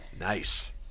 Nice